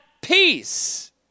peace